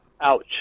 Ouch